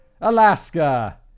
alaska